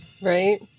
Right